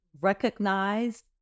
recognize